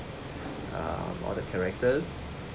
uh all the characters